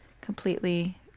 completely